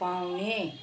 पाउने